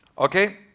okay.